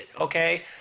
okay